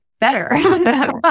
better